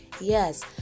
yes